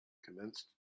commenced